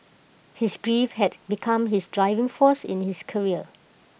his grief had become his driving force in his career